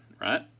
right